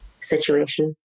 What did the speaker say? situation